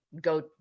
go